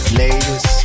ladies